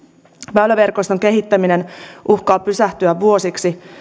väyläverkoston kehittäminen uhkaa pysähtyä vuosiksi